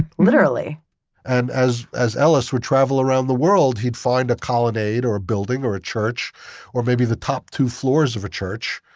literally and as as ellis would travel around the world he'd find a colonnade, or a building, or a church or maybe the top two floors of a church.